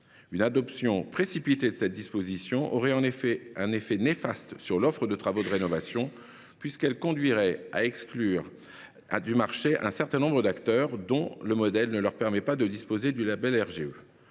Une adoption précipitée de cette disposition aurait un effet néfaste sur l’offre de travaux de rénovation puisqu’elle conduirait à exclure du marché un certain nombre d’acteurs dont le modèle ne permet pas de disposer du label RGE.